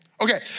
Okay